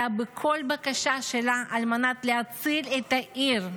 בכל בקשה שלה על מנת להציל את העיר.